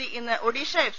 C ഇന്ന് Odisha F